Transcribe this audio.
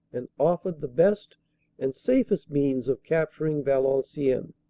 and offered the best and safest means of capturing valenciennes.